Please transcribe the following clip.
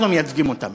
אנחנו מייצגים אותם,